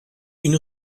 une